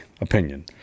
opinion